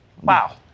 Wow